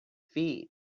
feet